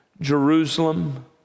Jerusalem